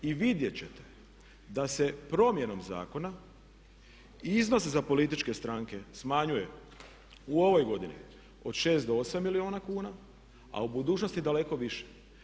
I vidjeti ćete da se promjenom zakona i iznos za političke stranke smanjuje u ovoj godini od 6 do 8 milijuna kuna a u budućnosti daleko više.